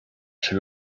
czy